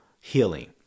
healing